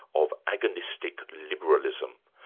of agonistic liberalism.